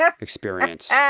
experience